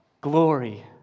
Glory